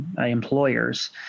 employers